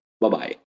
Bye-bye